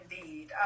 indeed